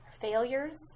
failures